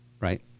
Right